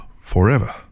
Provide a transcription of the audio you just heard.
forever